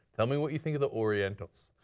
tell me what you think of the orientals?